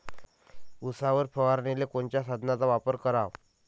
उसावर फवारनीले कोनच्या साधनाचा वापर कराव?